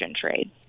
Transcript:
trade